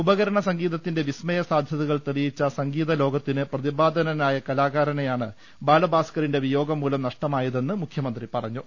ഉപകരണ സംഗീത ത്തിന്റെ വിസ്മയ സാധ്യതകൾ തെളിയിച്ച സംഗീത ലോകത്തിന് പ്രതിഭാധനനായ കലാകാരനെയാണ് ബാലഭാസ്കറിന്റെ വിയോഗം മൂലം നഷ്ടമായതെന്ന് മുഖ്യമന്ത്രി പറഞ്ഞു